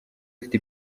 ufite